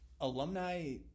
alumni